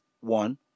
One